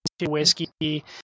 whiskey